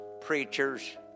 preachers